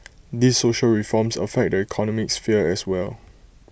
these social reforms affect the economic sphere as well